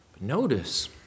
Notice